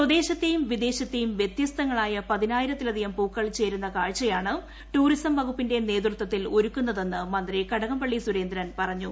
സ്വദേശത്തെയും വിദേശത്തെയും വ്യത്യസ്തങ്ങളായ പതിനായിട്ടിത്തിലധികം പൂക്കൾ ചേരുന്ന കാഴ്ചയാണ് ടൂറിസം വകുപ്പിന്റെ നേതൃത്വത്തിൽ ഒരുക്കുന്നതെന്ന് മന്ത്രി കടകംപള്ളി സുരേന്ദ്രൻ പറഞ്ഞു